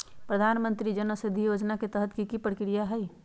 प्रधानमंत्री जन औषधि योजना के तहत की की प्रक्रिया होई?